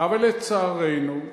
אבל לצערנו,